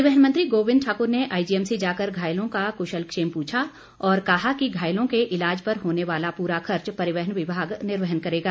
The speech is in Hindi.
परिवहन मंत्री गोबिंद ठाकुर ने आईजीएमसी जाकर घायलों का कुशल क्षेम प्रछा और कहा कि घायलों के इलाज पर होने वाला पूरा खर्च परिवहन विभाग निर्वहन करेगा